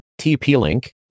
TP-Link